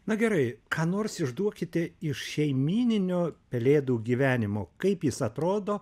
na gerai ką nors išduokite iš šeimyninio pelėdų gyvenimo kaip jis atrodo